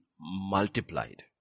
multiplied